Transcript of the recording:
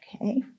Okay